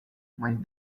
when